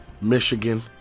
Michigan